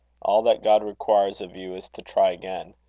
all that god requires of you is, to try again.